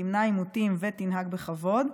תמנע עימותים ותנהג בכבוד.